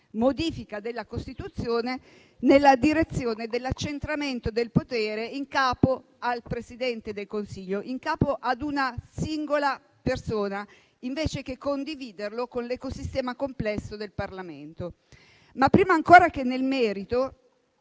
modifica della Costituzione, nella direzione dell'accentramento del potere in capo al Presidente del Consiglio, una singola persona, invece di condividerlo con il complesso ecosistema del Parlamento. Prima ancora che nel merito,